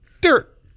Dirt